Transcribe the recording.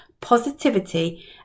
positivity